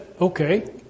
Okay